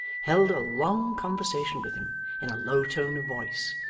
held a long conversation with him in a low tone of voice,